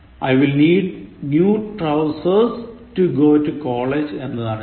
I will need new trousers to go to college എന്നതാണ് ശരി